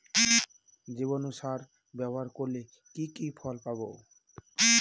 জীবাণু সার ব্যাবহার করলে কি কি ফল পাবো?